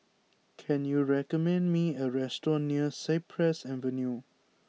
can you recommending me a restaurant near Cypress Avenue